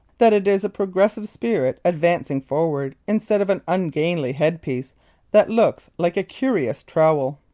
that it is a progressive spirit advancing forward instead of an ungainly head-piece that looks like a curious trowel.